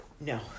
no